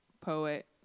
poet